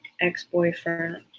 ex-boyfriend